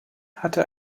hatte